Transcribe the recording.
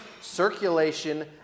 circulation